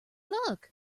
look